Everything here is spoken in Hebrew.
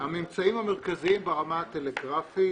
הממצאים המרכזיים ברמה טלגרפית.